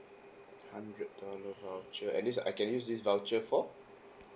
hundred dollar voucher and this I can use this voucher for